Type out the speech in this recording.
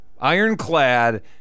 ironclad